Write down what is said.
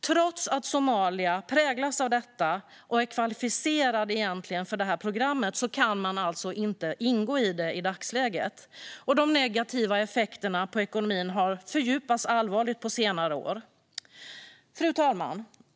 Trots att Somalia präglas av detta och egentligen är kvalificerat för detta program kan man alltså inte ingå i det i dagsläget, och de negativa effekterna på ekonomin har fördjupats allvarligt på senare år. Fru talman!